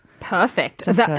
perfect